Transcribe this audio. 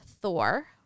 Thor